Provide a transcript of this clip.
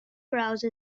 grouse